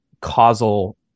causal